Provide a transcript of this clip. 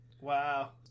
Wow